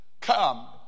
come